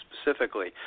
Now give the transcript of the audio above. specifically